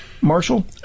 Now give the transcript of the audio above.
Marshall